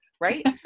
right